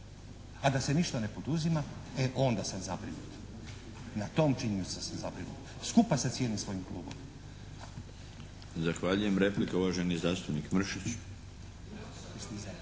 a da se ništa ne poduzima, e onda sam zabrinut. Nad tom činjenicom sam zabrinut, skupa sa cijelim svojim klubom. **Milinović, Darko (HDZ)** Zahvaljujem. Replika, uvaženi zastupnik Mršić.